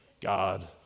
God